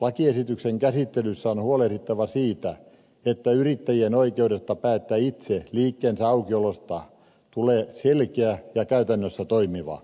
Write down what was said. lakiesityksen käsittelyssä on huolehdittava siitä että yrittäjien oikeudesta päättää itse liikkeensä aukiolosta tulee selkeä ja käytännössä toimiva